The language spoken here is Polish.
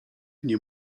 nie